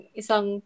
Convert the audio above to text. isang